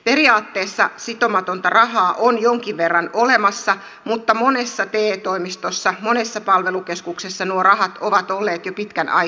periaatteessa sitomatonta rahaa on jonkin verran olemassa mutta monessa te toimistossa monessa palvelukeskuksessa nuo rahat ovat olleet jo pitkän aikaa loppu